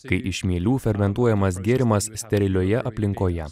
kai iš mielių fermentuojamas gėrimas sterilioje aplinkoje